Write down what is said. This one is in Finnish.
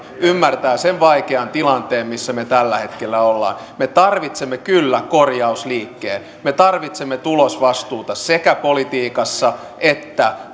ymmärtää sen vaikean tilanteen missä me tällä hetkellä olemme me tarvitsemme kyllä korjausliikkeen me tarvitsemme tulosvastuuta sekä politiikassa että